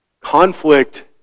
conflict